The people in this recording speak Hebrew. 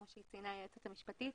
כמו שציינה היועצת המשפטית,